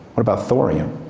what about thorium?